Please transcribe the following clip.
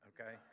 okay